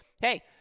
hey